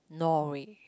Norway